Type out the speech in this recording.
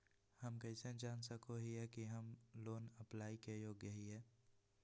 हम कइसे जान सको हियै कि हम लोन अप्लाई के योग्य हियै?